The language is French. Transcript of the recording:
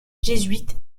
jésuite